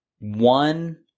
one